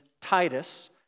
Titus